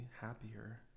happier